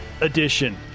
edition